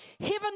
heaven